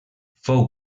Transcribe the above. fou